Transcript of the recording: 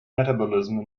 metabolism